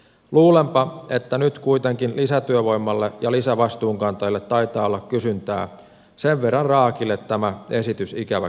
luulenpa että nyt kuitenkin lisätyövoimalle ja lisävastuunkantajille taitaa olla kysyntää sen verran raakile tämä esitys ikävä kyllä on